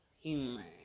humor